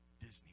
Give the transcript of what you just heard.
Disney